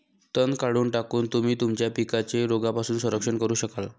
तण काढून टाकून, तुम्ही तुमच्या पिकांचे रोगांपासून संरक्षण करू शकाल